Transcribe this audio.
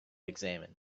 examined